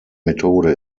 methode